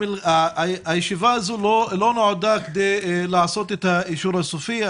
הישיבה הזו לא נועדה כדי לעשות את האישור הסופי,